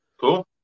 Cool